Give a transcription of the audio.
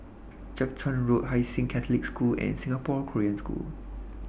Jiak Chuan Road Hai Sing Catholic School and Singapore Korean School